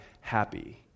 happy